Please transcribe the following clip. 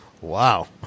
Wow